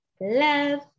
Love